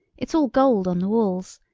it's all gold on the walls.